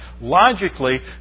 logically